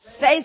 Say